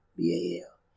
B-A-L